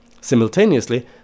Simultaneously